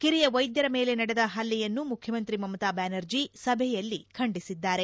ಕಿರಿಯ ವೈದ್ಯರ ಮೇಲೆ ನಡೆದ ಹಲ್ಲೆಯನ್ನು ಮುಖ್ಯಮಂತ್ರಿ ಮಮತಾ ಬ್ಯಾನರ್ಜಿ ಸಭೆಯಲ್ಲಿ ಖಂಡಿಸಿದ್ದಾರೆ